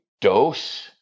dose